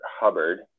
Hubbard